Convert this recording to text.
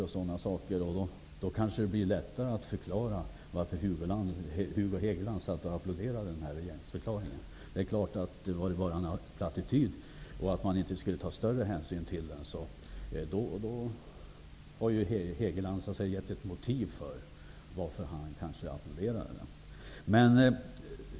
Anser man det blir det kanske lättare att förklara varför Hugo Hegeland applåderade regeringsförklaringen. Om regeringsförklaringen innehåller plattityder och man därför inte skall ta större hänsyn till den då har ju Hugo Hegeland kanske gett ett motiv för att han applåderade den.